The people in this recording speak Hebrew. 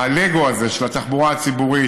הלגו הזה, של התחבורה הציבורית,